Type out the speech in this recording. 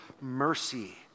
mercy